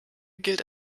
gilt